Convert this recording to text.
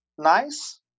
nice